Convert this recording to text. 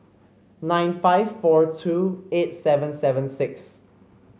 nine five four two eight seven seven six